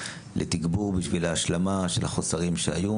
התרבות והספורט בכנסת ישראל.